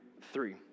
three